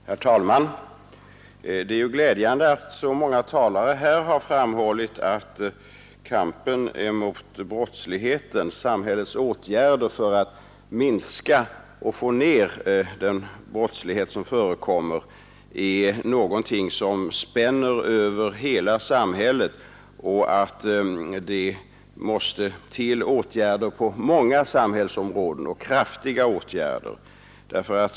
Herr talman! Det är ju glädjande att så många talare har framhållit att kampen mot brottsligheten, samhällets åtgärder för att minska den brottslighet som förekommer, är något som spänner över hela samhället och att det måste till åtgärder på många samhällsområden, kraftiga åtgärder.